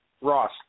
Ross